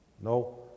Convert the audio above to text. No